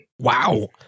Wow